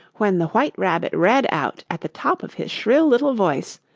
when the white rabbit read out, at the top of his shrill little voice,